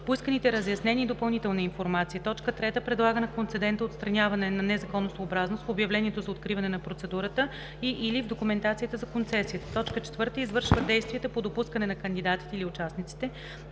поисканите разяснения и допълнителна информация; 3. предлага на концедента отстраняване на незаконосъобразност в обявлението за откриване на процедурата и/или в документацията за концесията; 4. извършва действията по допускане на кандидатите или участниците;